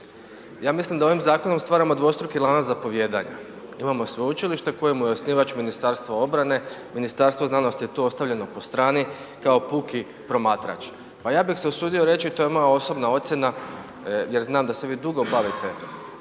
ja mislim da ovim zakonom stvaramo dvostruki lanac zapovijedanja. Imamo sveučilište kojemu je osnivač Ministarstvo obrane, Ministarstvo znanosti je ostavljeno po strani, kao puki promatrač. Pa ja bi se usudio reći, to je moja osobna ocjena jer znam da se vi dugo bavite